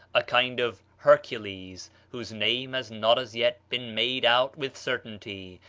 a kind of hercules, whose name has not as yet been made out with certainty,